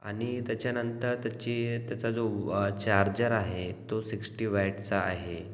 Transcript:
आणि त्याच्यानंतर त्याची त्याचा जो चार्जर आहे तो सिक्स्टी वॅटचा आहे